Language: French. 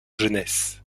jeunesse